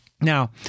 Now